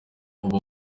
uba